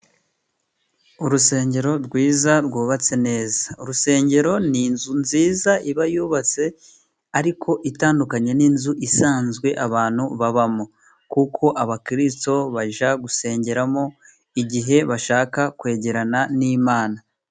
Urusengero rwiza rwubatse neza ,urusengero ni inzu nziza iba yubatse, ariko itandukanye n'inzu isanzwe abantu babamo, kuko abakristo bajya gusengeramo, igihe bashaka kwegerana n'Imana.